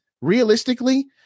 realistically